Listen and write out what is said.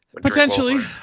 potentially